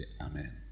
amen